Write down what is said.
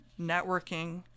networking